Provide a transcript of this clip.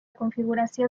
configuració